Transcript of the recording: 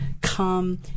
Come